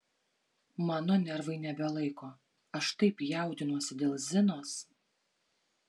mano nervai nebelaiko aš taip jaudinuosi dėl zinos